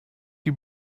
die